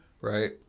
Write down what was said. Right